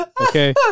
Okay